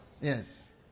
Yes